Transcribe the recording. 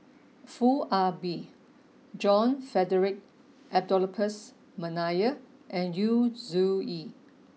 Foo Ah Bee John Frederick Adolphus McNair and Yu Zhuye